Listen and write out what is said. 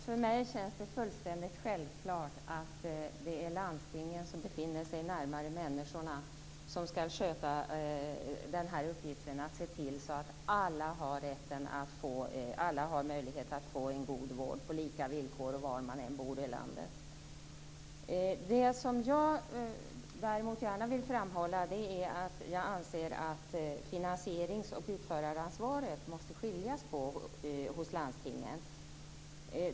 För mig känns det fullständigt självklart att det är landstingen, som befinner sig närmare människorna, som skall sköta uppgiften att se till att alla människor har möjlighet att få en god vård på lika villkor och var man än bor i landet. Däremot vill jag gärna framhålla att jag anser att man måste skilja på finansieringsansvaret och utförandeansvaret hos landstingen.